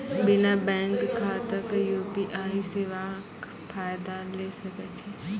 बिना बैंक खाताक यु.पी.आई सेवाक फायदा ले सकै छी?